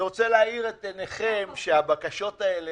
מאיתנו ביקשו להגיש את ההסתייגויות בכתב עד תשע וחצי.